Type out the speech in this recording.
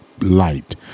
light